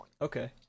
Okay